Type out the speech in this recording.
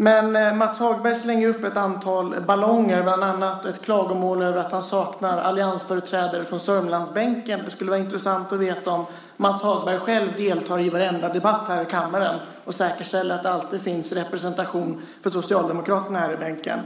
Men Michael Hagberg slänger upp ett antal ballonger, bland annat ett klagomål över saknade alliansföreträdare från sörmlandsbänken. Det skulle vara intressant att veta om Michael Hagberg själv deltar i varenda debatt här i kammaren och säkerställer att det alltid finns representation för Socialdemokraterna i bänken.